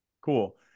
cool